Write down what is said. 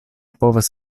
povas